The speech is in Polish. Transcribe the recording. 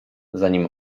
zanim